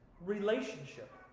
relationship